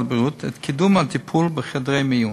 הבריאות את קידום הטיפול בחדרי המיון.